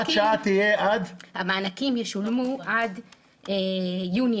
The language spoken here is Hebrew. השעה יהיה עד סוף שנת 2021. המענקים ישולמו רק עד יוני